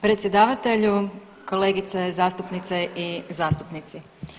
Predsjedavatelju, kolegice zastupnice i zastupnici.